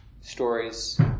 stories